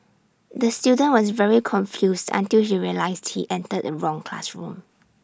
the student was very confused until he realised he entered the wrong classroom